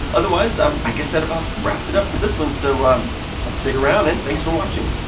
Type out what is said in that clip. otherwise, um i guess that about wraps it up for this one, so um stick around and thanks for watching!